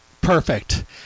Perfect